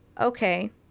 Okay